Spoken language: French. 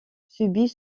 subit